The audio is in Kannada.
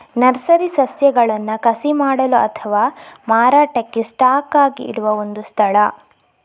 ನರ್ಸರಿ ಸಸ್ಯಗಳನ್ನ ಕಸಿ ಮಾಡಲು ಅಥವಾ ಮಾರಾಟಕ್ಕೆ ಸ್ಟಾಕ್ ಆಗಿ ಇಡುವ ಒಂದು ಸ್ಥಳ